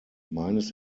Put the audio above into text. meines